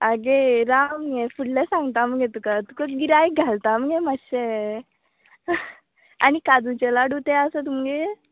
आगे राव मगे फुडलें सांगता मगे तुका तुका गिरायक घालता मगे मातशें आनी काजुचे लाडू ते आसा तुमगेर